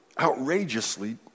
outrageously